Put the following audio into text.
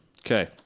Okay